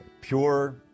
Pure